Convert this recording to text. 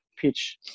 pitch